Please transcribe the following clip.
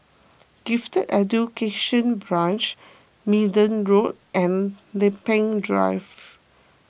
Gifted Education Branch Minden Road and Lempeng Drive